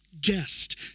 guest